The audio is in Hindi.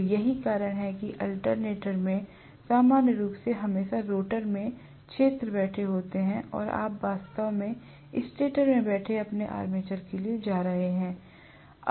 तो यही कारण है कि अल्टरनेटर में सामान्य रूप से हमेशा रोटर में क्षेत्र बैठे होते हैं और आप वास्तव में स्टेटर में बैठे अपने आर्मेचर के लिए जा रहे हैं